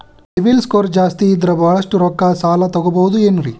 CIBIL score ಜಾಸ್ತಿ ಇದ್ರ ಬಹಳಷ್ಟು ರೊಕ್ಕ ಸಾಲ ತಗೋಬಹುದು ಏನ್ರಿ?